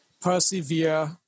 Persevere